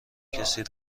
کسی